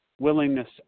willingness